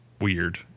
weird